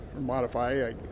modify